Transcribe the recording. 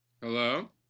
Hello